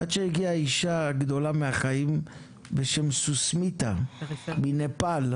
עד שהגיעה אישה גדולה מהחיים בשם סוסמיתה מנפאל,